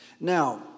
Now